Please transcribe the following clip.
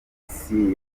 isi